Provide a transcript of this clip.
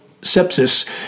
sepsis